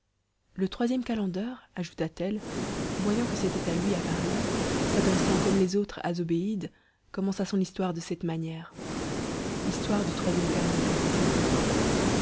le troisième calender ajouta-t-elle voyant que c'était à lui à parler s'adressant comme les autres à zobéide commença son histoire de cette manière histoire du troisième calender fils de roi